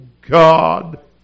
God